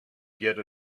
get